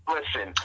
Listen